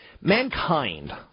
Mankind